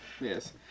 Yes